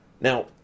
Now